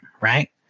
right